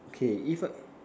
okay if a